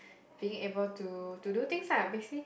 being able to to do things lah basically